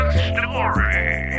story